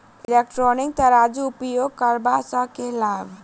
Electronic तराजू उपयोग करबा सऽ केँ लाभ?